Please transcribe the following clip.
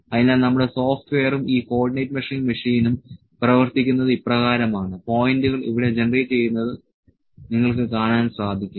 അതിനാൽ നമ്മുടെ സോഫ്റ്റ്വെയറും ഈ കോർഡിനേറ്റ് മെഷറിംഗ് മെഷീനും പ്രവർത്തിക്കുന്നത് ഇപ്രകാരമാണ് പോയിന്റുകൾ ഇവിടെ ജനറേറ്റ് ചെയ്യുന്നത് നിങ്ങൾക്ക് കാണാൻ സാധിക്കും